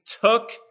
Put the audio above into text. took